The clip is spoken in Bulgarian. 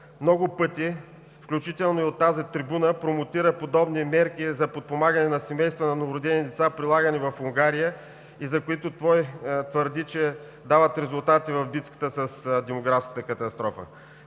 много пъти, включително и от тази трибуна, промотира подобни мерки за подпомагане на семейства на новородени деца, прилагани в Унгария, за които той твърди, че дават резултати в битката с демографската катастрофа.